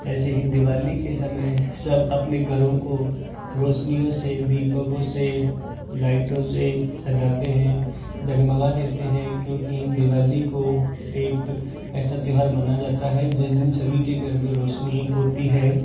ऐसे ही दीवाली के समय सब अपने घरों को रौशनियों से दीपकों से लाईटों से सजाते हैं जगमगा देते हैं क्योंकि दीवाली को एक ऐसा त्यौहार माना जाता है जिस दिन सभी के घर में रौशनी होती है